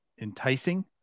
enticing